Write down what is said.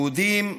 יהודים,